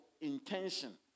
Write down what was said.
intention